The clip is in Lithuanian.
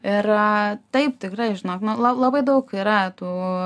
ir taip tikrai žinok nu la labai daug yra tų